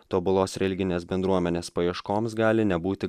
tobulos religinės bendruomenės paieškoms gali nebūti